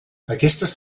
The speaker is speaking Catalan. aquestes